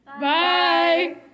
Bye